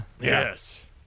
yes